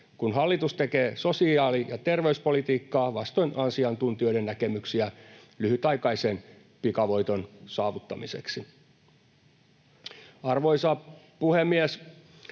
kun hallitus tekee sosiaali‑ ja terveyspolitiikkaa vastoin asiantuntijoiden näkemyksiä lyhytaikaisen pikavoiton saavuttamiseksi. Arvoisa puhemies!